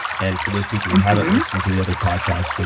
and for those people who haven't listened to the other podcasts,